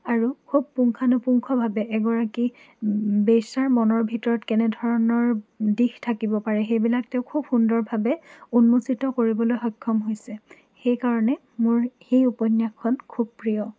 আৰু খুব পুংখানুপুংখভাৱে এগৰাকী বেশ্যাৰ মনৰ ভিতৰত কেনে ধৰণৰ দিশ থাকিব পাৰে সেইবিলাক তেওঁ খুব সুন্দৰভাৱে উন্মোচিত কৰিবলৈ সক্ষম হৈছে সেইকাৰণে মোৰ সেই উপন্যাসখন মোৰ খুব প্ৰিয়